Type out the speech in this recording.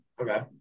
Okay